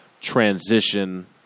transition